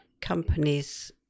companies